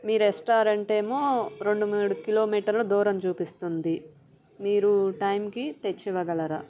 మీ restaurant ఏమో రెండు మూడు కిలోమీటర్ల దూరం చూపిస్తుంది మీరు టైంకి తెచ్చి ఇవ్వగలరా